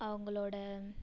அவங்களோட